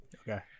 Okay